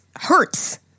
hurts